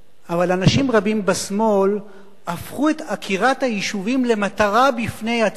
אבל אנשים רבים בשמאל הפכו את עקירת היישובים למטרה בפני עצמה.